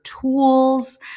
tools